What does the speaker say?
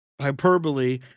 hyperbole